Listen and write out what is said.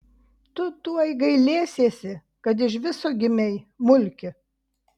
tu tuoj gailėsiesi kad iš viso gimei mulki